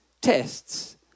tests